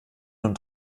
und